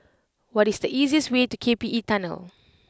what is the easiest way to K P E Tunnel